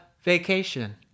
vacation